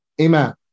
Amen